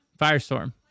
Firestorm